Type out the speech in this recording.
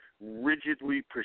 rigidly